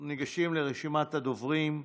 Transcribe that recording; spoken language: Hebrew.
אנחנו ניגשים לרשימת הדוברים,